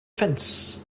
fence